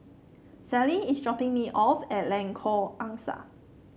Celie is dropping me off at Lengkok Angsa